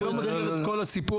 אני לא מכיר את כל הסיבות,